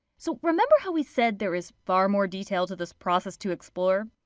so, remember how we said there is far more detail to this process to explore?